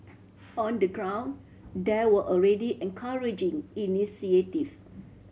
on the ground there were already encouraging initiative